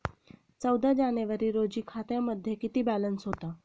चौदा जानेवारी रोजी खात्यामध्ये किती बॅलन्स होता?